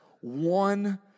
one